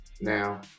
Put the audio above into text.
now